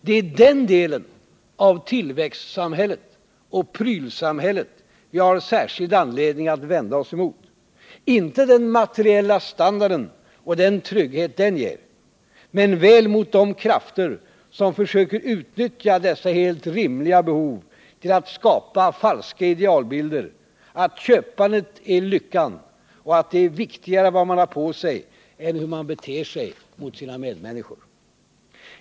Det är den delen av ”tillväxtsamhället” och ”prylsamhället” som vi har särskild anledning att vända oss emot — inte emot den materiella standarden och den trygghet som den ger, men väl emot de krafter som försöker utnyttja dessa helt rimliga behov till att skapa falska idealbilder, att köpandet är lyckan och att det är viktigare vad man har på sig än hur man beter sig mot sina medmänniskor.